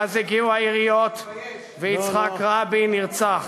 ואז הגיעו היריות, ויצחק רבין נרצח.